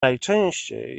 najczęściej